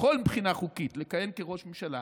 ויכול מבחינה חוקית לכהן כראש ממשלה,